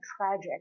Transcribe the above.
tragic